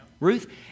Ruth